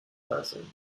person